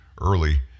early